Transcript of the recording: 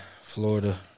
Florida